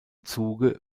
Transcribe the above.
zuge